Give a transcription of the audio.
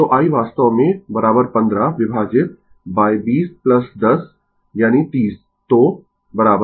तो i वास्तव में 15 विभाजित20 10 यानी 30